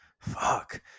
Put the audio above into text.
Fuck